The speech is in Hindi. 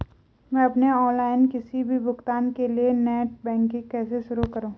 मैं अपने ऑनलाइन किसी भी भुगतान के लिए नेट बैंकिंग कैसे शुरु करूँ?